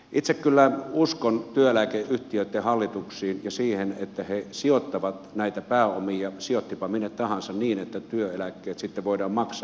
itse kyllä uskon työeläkeyhtiöitten hallituksiin ja siihen että he sijoittavat näitä pääomia niin sijoittivatpa minne tahansa että työeläkkeet sitten voidaan maksaa